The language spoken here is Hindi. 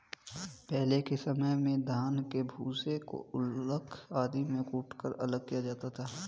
पहले के समय में धान के भूसे को ऊखल आदि में कूटकर अलग किया जाता था